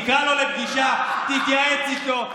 תקרא לו לפגישה, תתייעץ איתו.